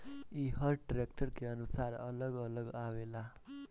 ई हर ट्रैक्टर के अनुसार अलग अलग आवेला